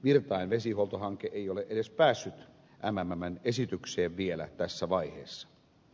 virtain vesihuoltohanke ei ole edes päässyt mmmn esitykseen vielä tässä vaiheessa